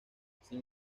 sin